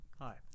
Hi